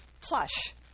plush